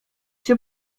czy